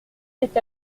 est